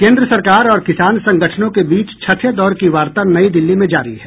केन्द्र सरकार और किसान संगठनों के बीच छठे दौर की वार्ता नई दिल्ली में जारी है